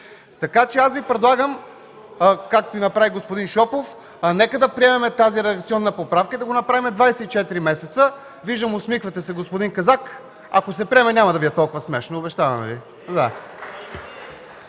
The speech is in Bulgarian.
език. Аз Ви предлагам, както направи господин Шопов – нека да приемем тази редакционна поправка и да го направим 24 месеца. Виждам, усмихвате се, господин Казак. Ако се приеме, няма да Ви е толкова смешно, обещаваме Ви.